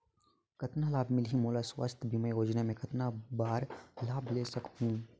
कतना लाभ मिलही मोला? स्वास्थ बीमा योजना मे कतना बार लाभ ले सकहूँ?